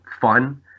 fun